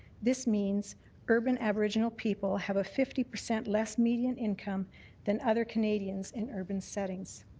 this means urban aboriginal people have a fifty percent less median income than other canadians in urban settings.